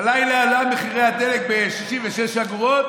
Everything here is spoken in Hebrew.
הלילה עלו מחירי הדלק ב-66 אגורות.